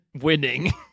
winning